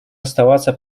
оставаться